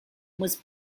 was